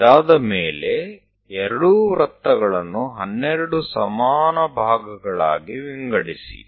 તેના પછી બંને વર્તુળને 12 સમાન ભાગોમાં વહેંચો